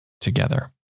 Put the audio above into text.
together